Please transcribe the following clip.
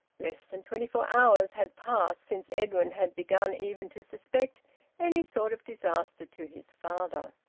less than twenty-four hours had passed since edwin had begun even to suspect any sort of disaster to his father.